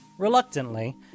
Reluctantly